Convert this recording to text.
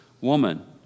woman